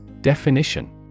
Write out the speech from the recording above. Definition